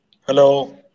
Hello